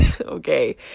Okay